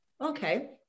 okay